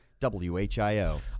WHIO